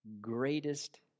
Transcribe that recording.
greatest